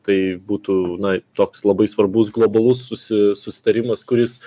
tai būtų na toks labai svarbus globalus susi susitarimas kuris